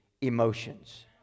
emotions